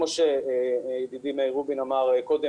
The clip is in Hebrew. כמו שידידי מאיר רובין אמר קודם,